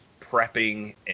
prepping